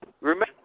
Remember